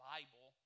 Bible